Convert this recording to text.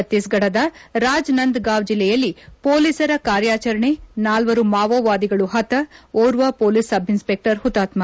ಭಕ್ತೀಸ್ಗಡದ ರಾಜನಂದಗಾಂವ್ ಜಿಲ್ಲೆಯಲ್ಲಿ ಮೊಲೀಸರ ಕಾರ್ಯಾಚರಣೆ ನಾಲ್ವರು ಮಾವೋವಾದಿಗಳು ಪತ ಓರ್ವ ಮೊಲೀಸ್ ಸಬ್ಇನ್ಸ್ಪೆಕ್ಟರ್ ಹುತಾತ್ಮ